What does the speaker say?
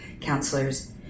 counselors